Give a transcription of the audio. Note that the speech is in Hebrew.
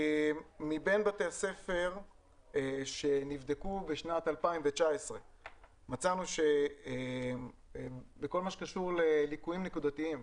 מבין בתי הספר שנבדקו בשנת 2019 מצאנו שבכל מה שקשור לליקויים נקודתיים,